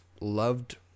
loved